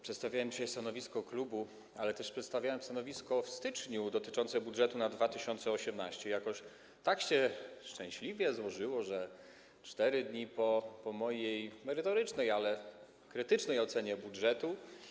Przedstawiałem dzisiaj stanowisku klubu, ale też przedstawiałem w styczniu stanowisko dotyczące budżetu na 2018 r. i jakoś tak się szczęśliwie złożyło, że 4 dni po mojej merytorycznej, ale krytycznej ocenie budżetu.